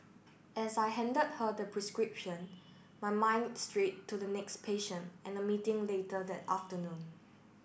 as I handed her the prescription my mind strayed to the next patient and the meeting later that afternoon